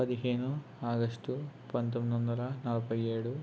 పదిహేను ఆగస్టు పంతొమ్మిది వందల నలభై ఏడు